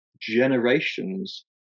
generations